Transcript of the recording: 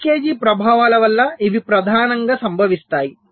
leakage ప్రభావాల వల్ల ఇవి ప్రధానంగా సంభవిస్తాయి